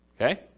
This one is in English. okay